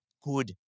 good